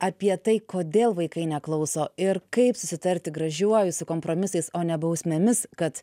apie tai kodėl vaikai neklauso ir kaip susitarti gražiuoju su kompromisais o ne bausmėmis kad